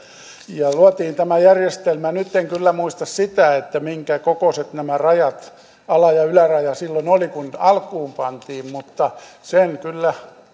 ja luotiin tämä järjestelmä nyt en kyllä muista sitä minkä kokoiset nämä rajat ala ja yläraja silloin olivat kun tämä alkuun pantiin mutta sen kyllä